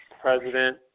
president